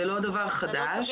זה לא דבר חדש.